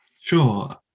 Sure